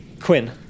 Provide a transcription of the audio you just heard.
Quinn